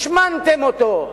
השמנתם אותו.